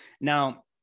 now